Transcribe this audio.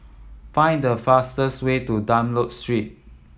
find the fastest way to Dunlop Street